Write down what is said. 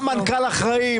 בא מנכ"ל אחראי,